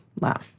Wow